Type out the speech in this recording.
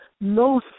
No